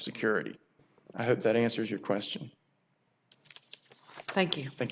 security i hope that answers your question thank you thank